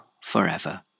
forever